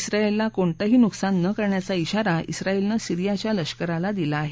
ज्ञायलला कोणतंही नुकसान नं करण्याचा ज्ञारा आयलनं सीरियाच्या लष्कराला दिला आहे